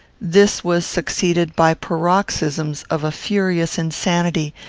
this was succeeded by paroxysms of a furious insanity,